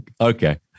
Okay